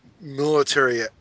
military